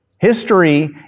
History